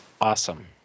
Awesome